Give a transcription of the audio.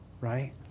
right